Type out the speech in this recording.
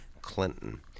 Clinton